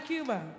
Cuba